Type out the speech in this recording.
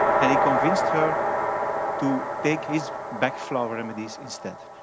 and he convinced her to take his bach flower remedies instead.